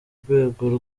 rwego